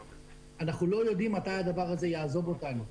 אנחנו לא יודעים מתי הדבר הזה יעזוב אותנו.